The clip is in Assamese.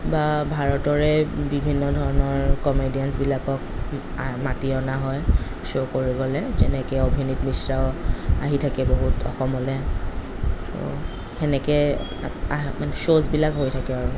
বা ভাৰতৰেই বিভিন্ন ধৰণৰ কমেডীয়ানবিলাকক মাতি অনা হয় শ্ব' কৰিবলৈ যেনেকৈ অভিনীত মিশ্ৰ আহি থাকে বহুত অসমলৈ সেনেকৈ মানে শ্ব'বিলাক হৈ থাকে আৰু